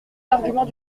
l’argument